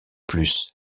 plus